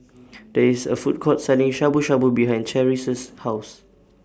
There IS A Food Court Selling Shabu Shabu behind Cherrie's House